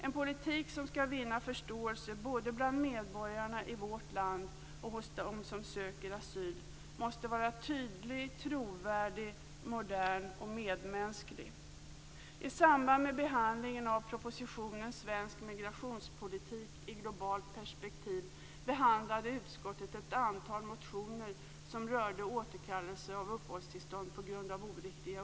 En politik som skall vinna förståelse både bland medborgare i vårt land och hos dem som söker asyl måste vara tydlig och trovärdig, modern och medmänsklig.